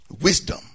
Wisdom